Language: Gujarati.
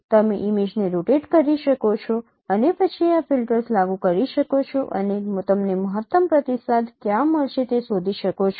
તમે ઇમેજને રોટેટ કરી શકો છો અને પછી આ ફિલ્ટર્સ લાગુ કરી શકો છો અને તમને મહત્તમ પ્રતિસાદ ક્યાં મળશે તે શોધી શકો છો